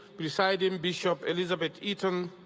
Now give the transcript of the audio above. presiding bishop elizabeth eaton,